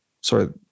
sorry